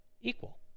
equal